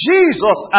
Jesus